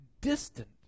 distant